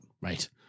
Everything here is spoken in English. Right